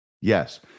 Yes